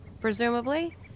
presumably